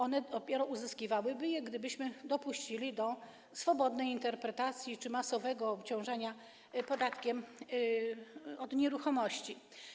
One dopiero by je uzyskiwały, gdybyśmy dopuścili do swobodnej interpretacji czy masowego obciążenia podatkiem od nieruchomości.